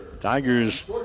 Tigers